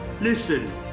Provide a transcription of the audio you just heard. Listen